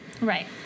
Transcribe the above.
Right